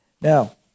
Now